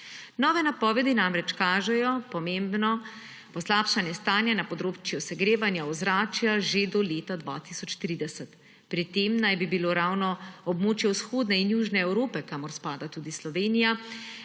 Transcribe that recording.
Nove napovedi namreč kažejo pomembno poslabšanje stanja na področju segrevanja ozračja že do leta 2030. Pri tem naj bi bilo ravno območje vzhodne in južne Evrope, kamor spada tudi Slovenija,